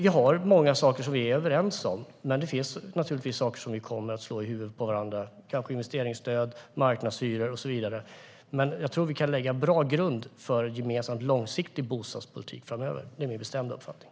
Vi har många saker som vi är överens om. Men det finns naturligtvis saker som vi kommer att slå i huvudet på varandra. Det gäller kanske investeringsstöd, marknadshyror och så vidare. Men jag tror att vi kan lägga en bra grund för en gemensam långsiktig bostadspolitik framöver. Det är min bestämda uppfattning.